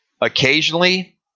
Occasionally